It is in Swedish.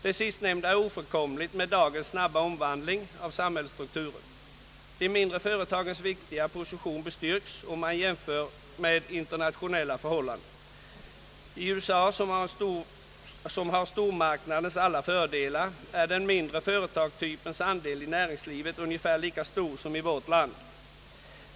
Det sistnämnda är ofrånkomligt med dagens snabba omvandling av samhällsstrukturen. De mindre företagens viktiga position bestyrks om man jämför med internationella förhållanden. I USA som har stormarknadens alla fördelar är den mindre företagstypens andel i näringslivet ungefär lika stor som i vårt land.